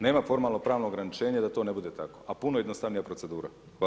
Nema formalno pravnog ograničenja da to ne bude tako, a puno jednostavnija procedura.